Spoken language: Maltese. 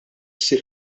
ssir